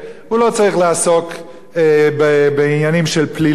הוא לא צריך לעסוק בעניינים של פלילים,